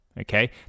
Okay